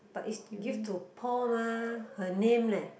but is give to Paul mah her name leh